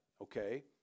okay